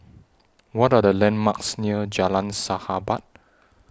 What Are The landmarks near Jalan Sahabat